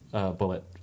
bullet